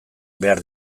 behar